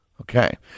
Okay